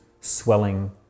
swelling